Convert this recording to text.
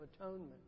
atonement